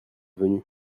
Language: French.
venu